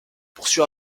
poursuit